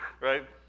right